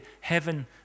heaven